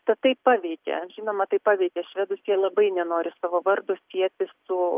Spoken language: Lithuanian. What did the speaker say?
tatai paveikė žinoma tai paveikė švedus jie labai nenori savo vardo sieti su